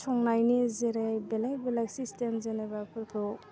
संनायनि जेरै बेलेक बेलेक सिस्टेम जेनेबा बिफोरखौ